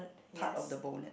part of the bonnet